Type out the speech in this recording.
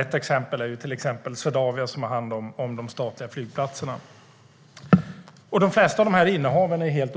Ett exempel är Swedavia, som har hand om de statliga flygplatserna. De flesta av innehaven är mot den bakgrunden helt